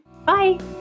Bye